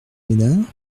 ménard